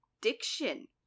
diction